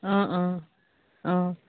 অঁ অঁ অঁ